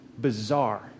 bizarre